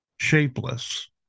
shapeless